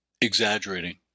exaggerating